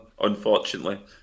unfortunately